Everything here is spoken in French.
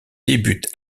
débute